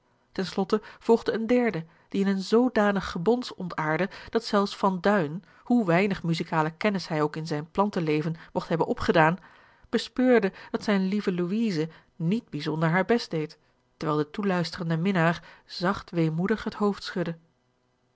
slotte volgde een derde die in een zoodanig gebons ontaardde dat zelfs van duin hoe weinig muziekale kennis hij ook in zijn plantenleven mogt hebben opgedaan bespeurde dat zijne lieve louise niet bijzonder haar best deed terwijl de toeluisterende minnaar zacht weemoedig het hoofd schudde